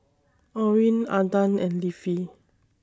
Orrin Adan and Leafy